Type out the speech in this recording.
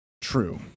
true